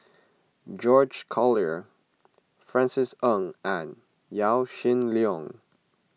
George Collyer Francis Ng and Yaw Shin Leong